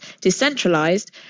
decentralized